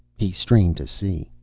he strained to see.